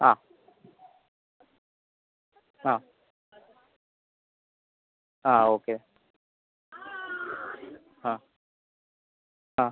ആ ആ ആ ഓക്കെ ഹാ ആ